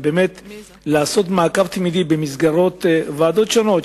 אלא לעשות מעקב תמידי במסגרת ועדות שונות.